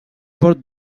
pot